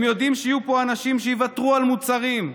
הם יודעים שיהיו פה אנשים שיוותרו על מוצרים,